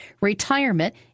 retirement